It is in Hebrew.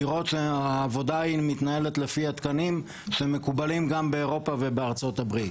לראות שהעבודה מתנהלת לפי התקנים שמקובלים גם באירופה ובארצות הברית,